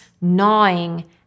gnawing